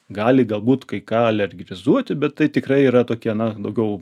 gali galbūt kai ką alergizuoti bet tai tikrai yra tokie na daugiau